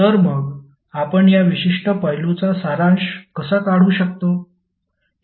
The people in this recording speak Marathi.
तर मग आपण या विशिष्ट पैलूचा सारांश कसा काढू शकतो